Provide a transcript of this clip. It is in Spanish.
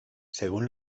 según